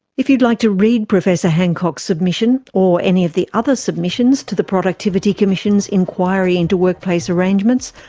if you'd like to read professor hancock's submission or any of the other submissions to the productivity commission's inquiry into workplace arrangements,